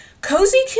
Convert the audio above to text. cozy